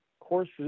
courses